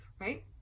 Right